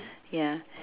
ya